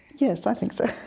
yes, i think so.